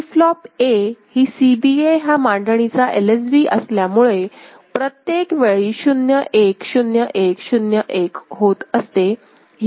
flip flop A ही CBA ह्या मांडणीचा LSB असल्यामुळे प्रत्येक वेळी 0 1 0 1 0 1होत असते